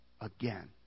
again